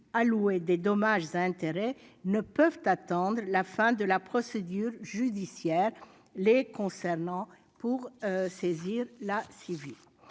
alloués des dommages et intérêts ne peuvent attendre la fin de la procédure judiciaire les concernant pour saisir la CIVI.